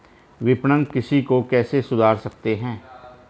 विपणन कृषि को कैसे सुधार सकते हैं?